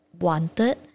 wanted